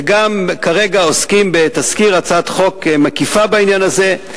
וגם כרגע עוסקים בתזכיר הצעת חוק מקיפה בעניין הזה,